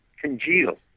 congeal